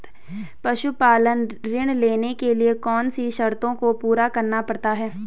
पशुपालन ऋण लेने के लिए कौन सी शर्तों को पूरा करना पड़ता है?